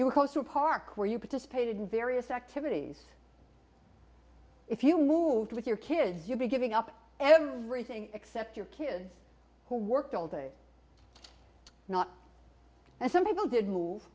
you were close to a park where you participated in various activities if you moved with your kids you'd be giving up everything except your kids who worked all day not and some people did move